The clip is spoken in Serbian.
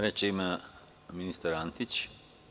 Reč ima ministar Antić.